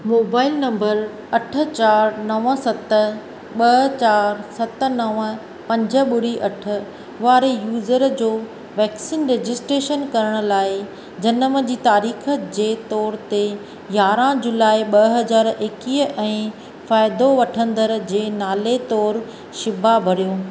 mobile नंबरु अठ चारि नव सत ब॒ चारि सत नव पंज ॿुड़ी अठ वारे यूज़र जो वैक्सीन रजिस्ट्रेशनु करणु लाइ जनम जी तारीख़ु जे तौरु ते यारहां जुलाई ब॒ हज़ार एकवीह ऐं फ़ाइदो वठंदड़ु जे नाले तौरु शीबा भरियो